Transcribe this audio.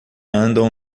andam